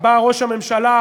שבה ראש הממשלה,